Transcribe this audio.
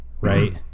right